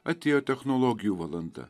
atėjo technologijų valanda